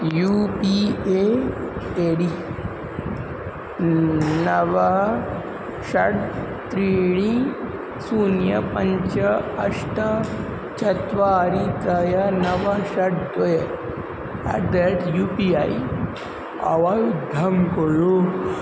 you P A A D नव षट् त्रीणि शून्यं पञ्च अष्ट चत्वारि त्रीणि नव षट् द्वे at the rate U P I अवयुरुद्धं कुरु